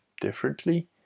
differently